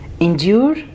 endure